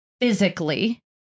physically